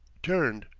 turned.